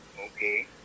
Okay